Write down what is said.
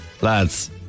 lads